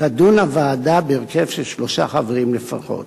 תדון הוועדה בהרכב של שלושה חברים לפחות.